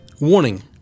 Warning